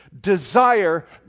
desire